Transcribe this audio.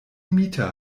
mieter